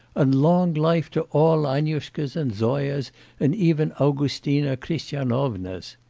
and long life to all annushkas and zoyas and even augustina christianovnas!